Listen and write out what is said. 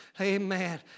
Amen